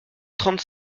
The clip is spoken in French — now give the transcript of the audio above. trente